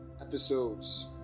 episodes